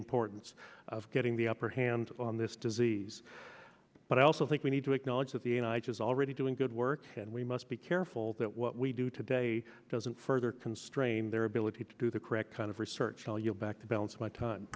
importance of getting the upper hand on this disease but i also think we need to acknowledge that the night is already doing good work and we must be careful that what we do today doesn't further strained their ability to do the correct kind of research value back to balance my time